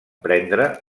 prendre